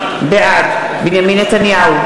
בעד בנימין נתניהו,